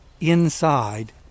inside